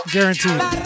Guaranteed